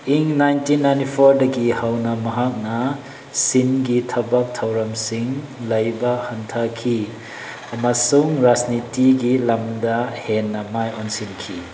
ꯏꯪ nineteen ninety ꯐꯣꯔꯗꯒꯤ ꯍꯧꯅ ꯃꯍꯥꯛꯅ ꯁꯤꯟꯒꯤ ꯊꯕꯛ ꯊꯧꯔꯝꯁꯤꯡ ꯂꯩꯕ ꯍꯟꯊꯈꯤ ꯑꯃꯁꯨꯡ ꯔꯥꯖꯅꯤꯇꯤꯒꯤ ꯂꯝꯗ ꯍꯦꯟꯅ ꯃꯥꯏ ꯑꯣꯟꯁꯤꯟꯈꯤ